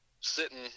sitting